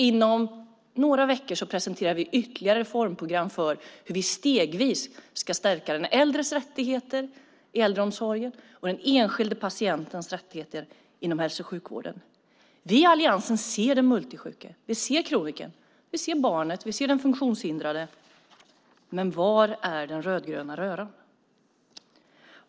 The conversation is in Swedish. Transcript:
Inom några veckor presenterar vi ytterligare reformprogram för hur vi stegvis ska stärka den äldres rättigheter i äldreomsorgen och den enskilde patientens rättigheter inom hälso och sjukvården. Vi i alliansen ser den multisjuke. Vi ser kronikern. Vi ser barnet. Vi ser den funktionshindrade. Men var är den rödgröna röran?